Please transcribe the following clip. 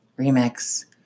Remix